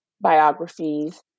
biographies